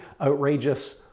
outrageous